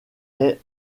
est